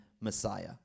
Messiah